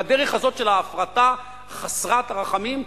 בדרך הזו של ההפרטה חסרת הרחמים,